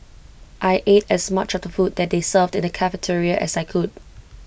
I ate as much of the food that they served in the cafeteria as I could